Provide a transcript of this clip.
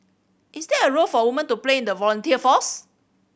is there a role for women to play in the volunteer force